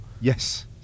Yes